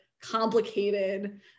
complicated